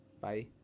Bye